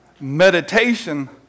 Meditation